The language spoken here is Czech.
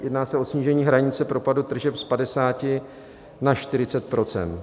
Jedná se o snížení hranice propadu tržeb z 50 na 40 %.